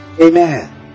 Amen